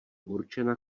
určena